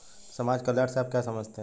समाज कल्याण से आप क्या समझते हैं?